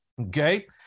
Okay